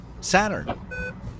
Saturn